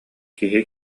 киһи